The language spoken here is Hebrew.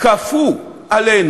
כפו עלינו,